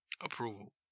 approval